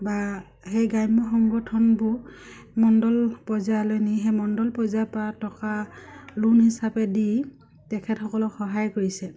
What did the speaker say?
বা সেই গ্ৰাম্য সংগঠনবোৰ মণ্ডল পৰ্যায়লৈ নি সেই মণ্ডল পৰ্যায়ৰ পৰা টকা লোন হিচাপে দি তেখেতসকলক সহায় কৰিছে